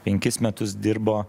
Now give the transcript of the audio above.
penkis metus dirbo